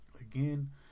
Again